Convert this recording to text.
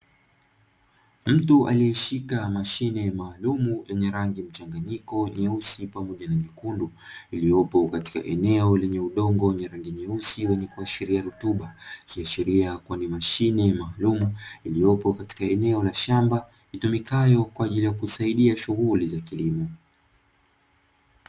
Mtu aliyeshika mashine maalumu yenye rangi mchanganyiko nyeusi pamoja na nyekundu, iliyopo katika eneo lenye udongo wenye rangi nyeusi wenye kuashiria rutuba. Kiashiria kuwa ni mashine maalumu iliopo katika eneo la shamba itumikayo kwa ajili ya kusaidia shughuli za kilimo.